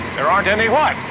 there aren't any what?